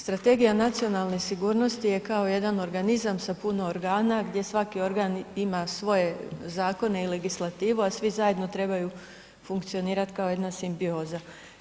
Strategija nacionalne sigurnosti je kao jedan organizam sa puno organa, gdje svaki organ ima svoje zakone i legislativu, a svi zajedno trebaju funkcionirati kao jedna simbioza.